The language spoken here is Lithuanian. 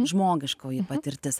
žmogiškoji patirtis